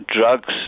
drugs